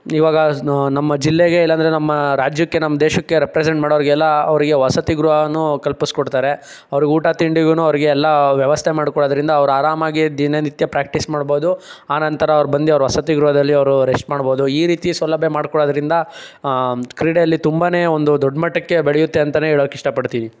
ಈವಾಗ ನಮ್ಮ ಜಿಲ್ಲೆಗೆ ಇಲ್ಲಂದರೆ ನಮ್ಮ ರಾಜ್ಯಕ್ಕೆ ನಮ್ಮ ದೇಶಕ್ಕೆ ರೆಪ್ರೆಸೆಂಟ್ ಮಾಡೋರಿಗೆಲ್ಲ ಅವರಿಗೆ ವಸತಿ ಗೃಹವನ್ನು ಕಲ್ಪಸ್ಕೊಡ್ತಾರೆ ಅವ್ರಿಗೆ ಊಟ ತಿಂಡಿಗು ಅವರಿಗೆಲ್ಲ ವ್ಯವಸ್ಥೆ ಮಾಡ್ಕೊಡೋದ್ರಿಂದ ಅವ್ರು ಆರಾಮಾಗಿ ದಿನನಿತ್ಯ ಪ್ರಾಕ್ಟೀಸ್ ಮಾಡ್ಬೌದು ಆನಂತರ ಅವ್ರು ಬಂದು ಅವರ ವಸತಿ ಗೃಹದಲ್ಲಿ ಅವರು ರೆಸ್ಟ್ ಮಾಡ್ಬೌದು ಈ ರೀತಿ ಸೌಲಭ್ಯ ಮಾಡ್ಕೊಡೋದ್ರಿಂದ ಕ್ರೀಡೆಯಲ್ಲಿ ತುಂಬಾ ಒಂದು ದೊಡ್ಡ ಮಟ್ಟಕ್ಕೆ ಬೆಳೆಯುತ್ತೆ ಅಂತನೇ ಹೇಳಕ್ಕೆ ಇಷ್ಟಪಡ್ತೀನಿ